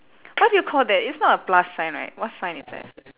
what do you call that it's not a plus sign right what sign is that